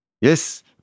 Yes